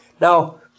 Now